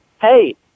hey